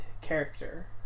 character